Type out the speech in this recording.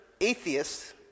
atheists